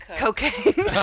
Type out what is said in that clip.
cocaine